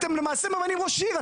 אתם למעשה ממנים ראש עיר.